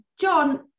John